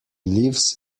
lives